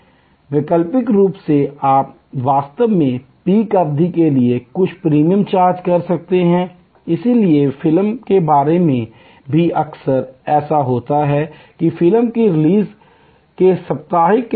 वैकल्पिक रूप से आप वास्तव में पीक अवधि के लिए कुछ प्रीमियम चार्ज कर सकते हैं इसलिए फिल्म के बारे में भी अक्सर ऐसा होता है कि फिल्म की रिलीज के सप्ताहांत के दौरान